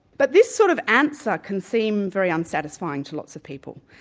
but this sort of answer can seem very unsatisfying to lots of people,